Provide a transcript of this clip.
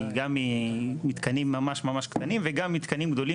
גם עם מתקנים ממש ממש קטנים וגם מתקנים גדולים,